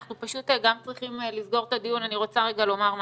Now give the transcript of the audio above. אנחנו גם צריכים לסגור את הדיון ואני רוצה רגע להגיד משהו.